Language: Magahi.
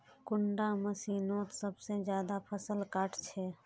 कुंडा मशीनोत सबसे ज्यादा फसल काट छै?